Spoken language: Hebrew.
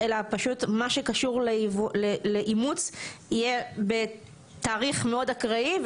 אלא פשוט מה שקשור לאימוץ יהיה בתאריך מאוד אקראי.